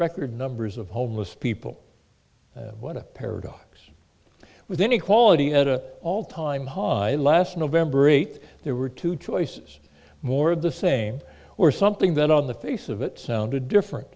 record numbers of homeless people what a paradox with inequality at a all time high last november eighth there were two choices more of the same or something that on the face of it sounded different